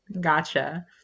Gotcha